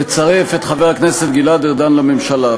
לצרף את חבר הכנסת גלעד ארדן לממשלה,